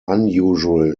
unusual